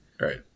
Right